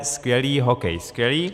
Skvělé, hokej skvělé.